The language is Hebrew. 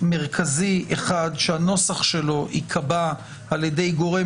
מרכזי אחד שהנוסח שלו ייקבע על ידי גורם